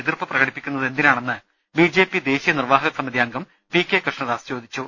എതിർപ്പ് പ്രകടിക്കുന്നത് എന്തിനാണെന്ന് ബി ജെ പി ദേശീയ നിർവഹാക സമിതിയംഗം പി കെ കൃഷ്ണദാസ് ചോദിച്ചു